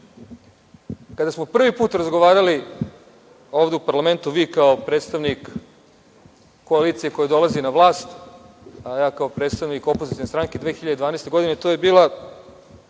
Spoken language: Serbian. smo prvi put razgovarali ovde u parlamentu vi kao predstavnik koalicije koja dolazi na vlast, a ja kao predstavnik opozicione stranke 2012. godine, to je bila